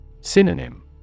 Synonym